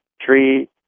Tree